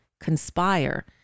conspire